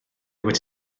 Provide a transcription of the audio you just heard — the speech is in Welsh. wedi